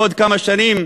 בעוד כמה שנים,